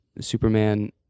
Superman